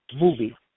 movie